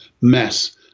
mess